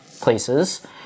places